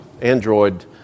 Android